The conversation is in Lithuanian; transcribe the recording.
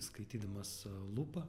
skaitydamas lupa